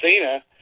Cena